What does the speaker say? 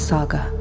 Saga